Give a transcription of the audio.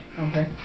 Okay